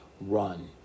run